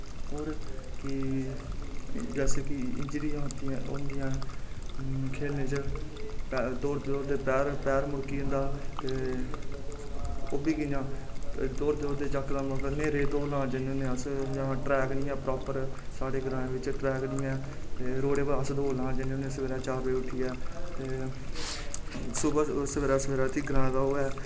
होर कि बैसे कि इंजरियां आंदियां न खेलने च दौड़दे दौड़दे पैर मुड़की जंदा ते ओह् बी कि'यां दौड़दे दौड़दे न्हेरा च दौड़ लान जन्ने होन्ने अस इ'यां प्रापर ट्रैक नेईं ऐ साढ़े ग्रांऽ बिच्च ट्रैक निं ऐ ते रोड़ै बिच्च अस दौड़ लान जन्ने होन्ने सवेरैं उट्ठियै ते सवेरै सवेरै इत्थै ग्रांऽ दा ओह् ऐ